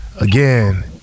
Again